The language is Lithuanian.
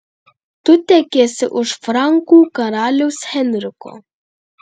tu tekėsi už frankų karaliaus henriko